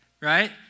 right